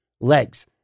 legs